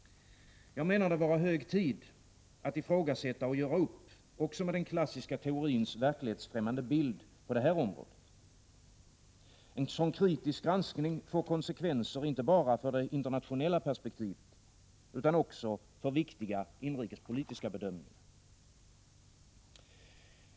Jag menar det vara hög tid att ifrågasätta och göra upp också med den klassiska teorins verklighetsfrämmande bild på detta område. En sådan kritisk granskning får konsekvenser inte bara för det internationella perspektivet utan också för viktiga inrikespolitiska bedömningar.